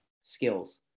skills